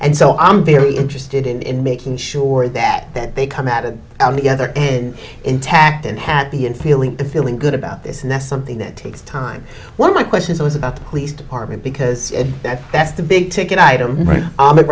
and so i'm very interested in making sure that that they come out and out together and intact and happy and feeling the feeling good about this and that's something that takes time one of my questions was about the police department because that's the big ticket item